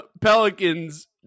pelicans